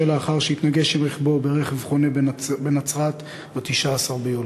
בהתנגשות רכבו ברכב חונה בנצרת ב-19 ביולי.